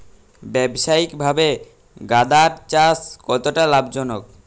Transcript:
ব্যবসায়িকভাবে গাঁদার চাষ কতটা লাভজনক?